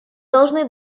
должны